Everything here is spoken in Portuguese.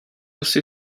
você